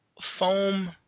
foam